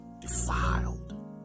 defiled